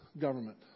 government